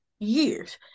years